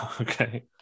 okay